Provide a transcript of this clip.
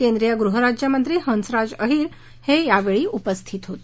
केंद्रिय गृहराज्यमंत्री हंसराज अहीर हे यावेळी उपस्थित होते